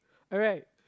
alright